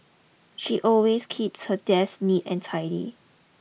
she always keeps her desk neat and tidy